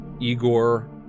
Igor